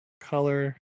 color